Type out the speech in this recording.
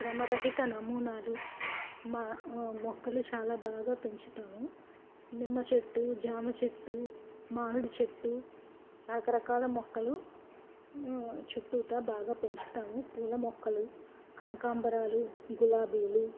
క్రమరహిత నమూనాలు మా మొక్కలు చాలా బాగా పెంచుతాము నిమ్మ చెట్టు జామ చెట్టు మామిడి చెట్టు రకరకాల మొక్కలు చుట్టూ బాగా పెంచుతాము పూల మొక్కలు కనకాంబరాలు గులాబీలు